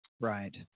Right